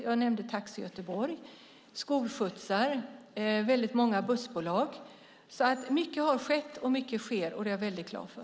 Jag nämnde Taxi Göteborg, skolskjutsar och många bussbolag. Mycket har skett, och mycket sker, och det är jag väldigt glad för.